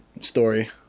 story